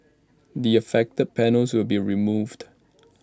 the affected panels will be removed